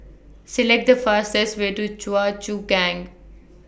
Select The fastest Way to Choa Chu Kang